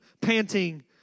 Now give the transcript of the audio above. panting